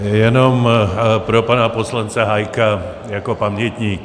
Jenom pro pana poslance Hájka jako pamětník.